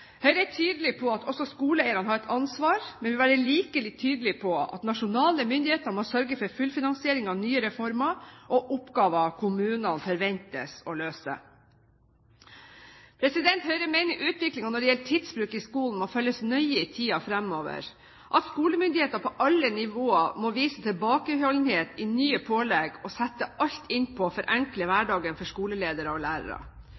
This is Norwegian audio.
Høyre er tydelig på at også skoleeierne har et ansvar, men vil være like tydelig på at nasjonale myndigheter må sørge for fullfinansiering av nye reformer og oppgaver kommunene forventes å løse. Høyre mener utviklingen når det gjelder tidsbruk i skolen, må følges nøye i tiden fremover, at skolemyndigheter på alle nivåer må vise tilbakeholdenhet i nye pålegg og sette alt inn på å forenkle hverdagen for skoleledere og lærere.